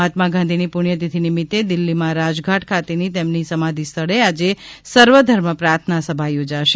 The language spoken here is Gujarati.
મહાત્મા ગાંધીજીની પુસ્થતીથી નિમિત્તે દિલ્હીમાં રાજઘાટ ખાતેની તેમની સમાધી સ્થળે આજે સર્વધર્મ પ્રાર્થનાસભા યોજાશે